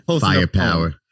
Firepower